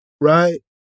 right